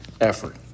effort